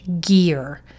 gear